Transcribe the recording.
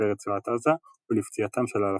מתושבי רצועת עזה ולפציעתם של אלפים.